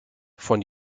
von